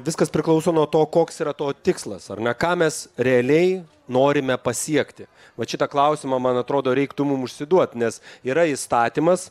viskas priklauso nuo to koks yra to tikslas ar ne ką mes realiai norime pasiekti vat šitą klausimą man atrodo reiktų mum užsiduot nes yra įstatymas